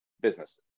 businesses